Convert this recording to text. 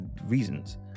reasons